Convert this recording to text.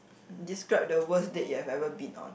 describe the worst date you have ever been on